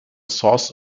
source